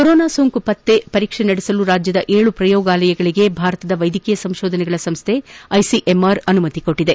corona ಸೋಂಕು ಪತ್ತೆ ಪರೀಕ್ಷೆ ನಡೆಸಲು ರಾಜ್ಯದ ಏಳು ಪ್ರಯೋಗಾಲಯಗಳಿಗೆ ಭಾರತದ ವೈದ್ಯಕೀಯ ಸಂತೋಧನೆಗಳ ಸಂಸ್ಥೆ ಐಸಿಎಂಆರ್ ಅನುಮತಿ ನೀಡಿದೆ